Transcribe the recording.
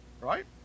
Right